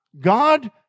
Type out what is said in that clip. God